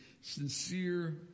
Sincere